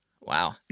Wow